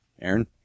Aaron